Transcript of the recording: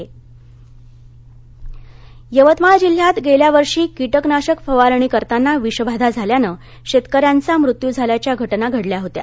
आढावा यवतमाळ जिल्ह्यात गेल्यावर्षी किटकनाशक फवारणी करताना विषबाधा झाल्यानं शेतकऱ्याचा मृत्यू झाल्याच्या घटना घडल्या होत्या